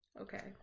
Okay